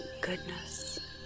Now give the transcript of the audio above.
goodness